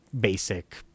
basic